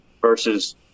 versus